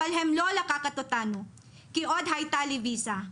אבל הם לא לקחו אותנו כי עוד הייתה לי ויזה.